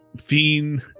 fiend